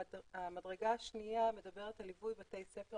המדרגה השנייה מדברת על ליווי בתי ספר